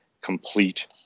complete